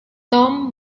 tom